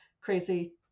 crazy